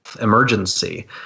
emergency